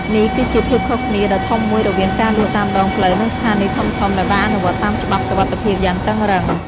នេះគឺជាភាពខុសគ្នាដ៏ធំមួយរវាងការលក់តាមដងផ្លូវនិងស្ថានីយ៍ធំៗដែលបានអនុវត្តតាមច្បាប់សុវត្ថិភាពយ៉ាងតឹងរ៉ឹង។